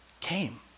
came